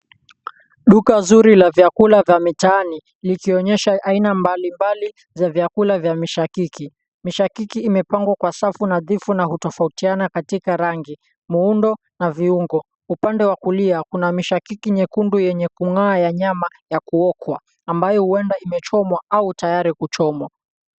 Duka zuri la vyakula vya mitaani likionyesha aina mbalimbali za vyakula vya mishakiki. Mishakiki imepangwa kwa safu nadhifu na hutofautiana katika rangi, muundo na viungo. Upande wa kulia kuna mishakiki nyekundu yenye kung'aa ya nyama ya kuokwa ambayo huenda imechomwa au tayari kuchomwa.